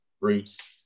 roots